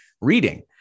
reading